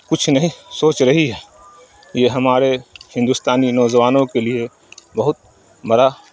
کچھ نہیں سوچ رہی ہے یہ ہمارے ہندوستانی نوجوانوں کے لیے بہت بڑا